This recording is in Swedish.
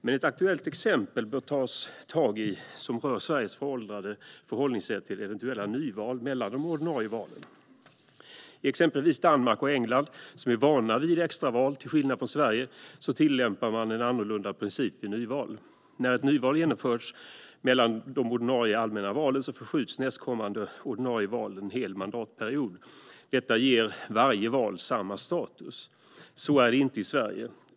Men ett aktuellt exempel som man bör ta tag i rör Sveriges föråldrade förhållningssätt till eventuella nyval mellan de ordinarie valen. I exempelvis Danmark och England, som till skillnad från Sverige är vana vid extraval, tillämpar man en annorlunda princip vid nyval. När ett nyval genomförts mellan de ordinarie allmänna valen förskjuts nästkommande ordinarie val en hel mandatperiod. Detta ger varje val samma status. Så är det inte i Sverige.